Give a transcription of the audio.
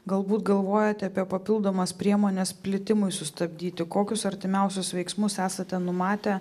galbūt galvojate apie papildomas priemones plitimui sustabdyti kokius artimiausius veiksmus esate numatę